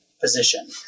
position